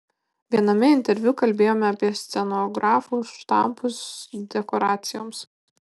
viename interviu kalbėjote apie scenografų štampus dekoracijoms